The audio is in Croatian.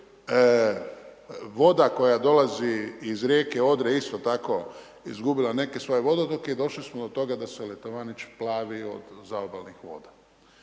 Voda koja dolazi iz rijeke Odre, isto tako izgubila neke svoje vodotoke i došli smo do toga da se Letovanić plavio od zaobalnih voda.